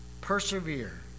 Persevere